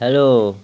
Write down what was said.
hello